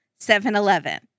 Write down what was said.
7-Eleven